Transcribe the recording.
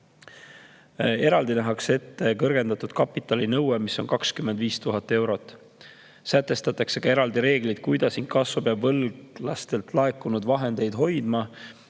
Eraldi nähakse ette kõrgendatud kapitalinõue, mis on 25 000 eurot. Sätestatakse ka eraldi reeglid, kuidas inkasso peab võlglastelt laekunud vahendeid hoidma.